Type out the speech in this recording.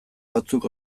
batzuk